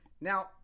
Now